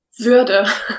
würde